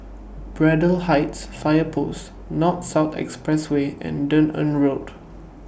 Braddell Heights Fire Post North South Expressway and Dunearn Road